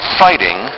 fighting